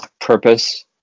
purpose